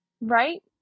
Right